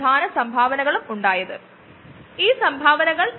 ഇത് വഴി കാര്യങ്ങൾ കുറച്ചുകൂടി നന്നായി നമുക്ക് മനസിലാക്കാം